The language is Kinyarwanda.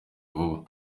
vuba